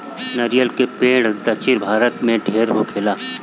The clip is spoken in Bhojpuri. नरियर के पेड़ दक्षिण भारत में ढेर होखेला